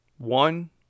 One